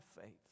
faith